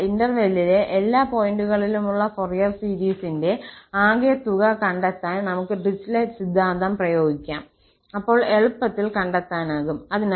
അതിനാൽ ഇന്റെർവെല്ലിലെ എല്ലാ പോയിന്റുകളിലുമുള്ള ഫൊറിയർ സീരീസിന്റെ ആകെത്തുക കണ്ടെത്താൻ നമുക്ക് ഡിറിച്ലെറ്റ് സിദ്ധാന്തം പ്രയോഗിക്കാം അപ്പോൾ എളുപ്പത്തിൽ കണ്ടെത്താനാകും